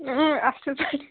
اۭں اَصٕل پٲٹھۍ